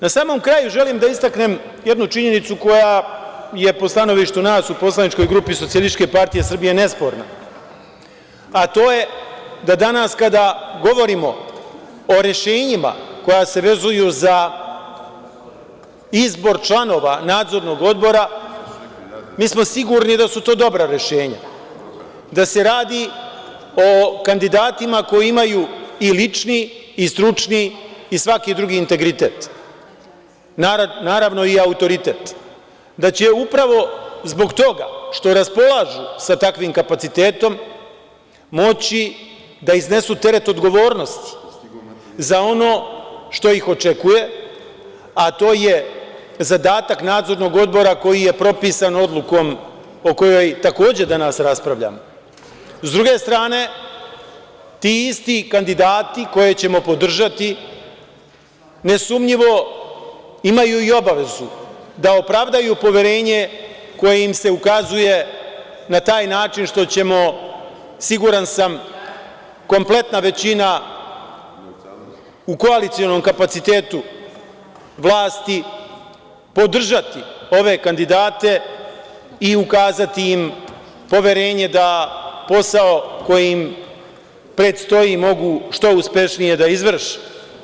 Na samom kraju želim da istaknem jednu činjenicu koja je po stanovištu nas u poslaničkoj grupi Socijalističke partije Srbije nesporna, a to je da danas kada govorimo o rešenjima koja se vezuju za izbor članova Nadzornog odbora, mi smo sigurni da su to dobra rešenja, da se radi o kandidatima koji imaju i lični i stručni i svaki drugi integritet, naravno i autoritet, da će upravo zbog toga što raspolažu sa takvim kapacitetom moći da iznesu teret odgovornosti, za ono što ih očekuje, a to je zadatak nadzornog odbora koji je propisan odlukom o kojoj, takođe, danas raspravljamo S druge strane, ti isti kandidati, koje ćemo podržati, nesumnjivo imaju i obavezu da opravdaju poverenje koje im se ukazuje na taj način što ćemo, siguran sam, kompletna većina u koalicionom kapacitetu vlasti podržati ove kandidate i ukazati im poverenje da posao koji im predstoji mogu što uspešnije da izvrše.